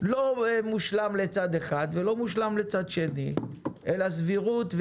לא מושלם לצד אחד ולא מושלם לצד שני אלא סבירות,